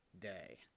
day